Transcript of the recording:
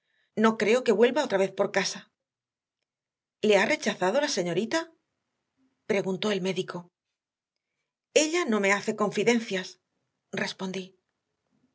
no creo que vuelva otra vez por casa le ha rechazado la señorita preguntó el médico ella no me hace confidencias respondí